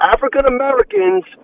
African-Americans